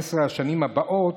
ב-15 השנים הבאות,